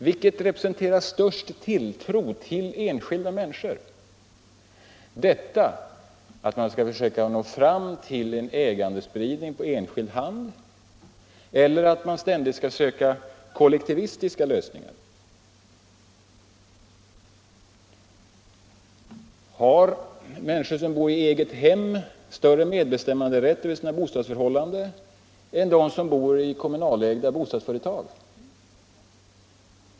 Vad representerar störst tilltro till enskilda människor: att försöka nå fram till en ägandespridning på enskild hand eller att ständigt söka kollektivistiska lösningar? Har människor som bor i eget hem större medbestämmanderätt över sina bostadsförhållanden än de som bor i kommunalägda bostadsföretag?